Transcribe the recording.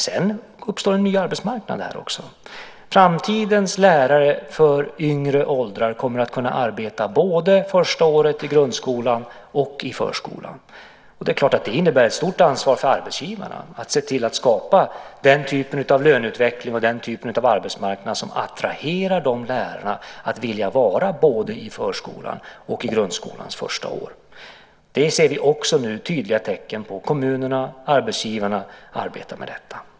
Sedan uppstår en ny arbetsmarknad här också. Framtidens lärare för yngre åldrar kommer att kunna arbeta både första året i grundskolan och i förskolan. Det är klart att det innebär ett stort ansvar för arbetsgivarna att se till att skapa den typ av löneutveckling och den typ av arbetsmarknad som attraherar de lärarna att vilja vara både i förskolan och i grundskolans första år. Vi ser nu också tydliga tecken på att kommunerna, arbetsgivarna, arbetar med detta.